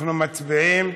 אנחנו מצביעים.